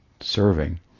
serving